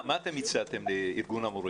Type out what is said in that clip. מה אתם הצעתם לארגון המורים?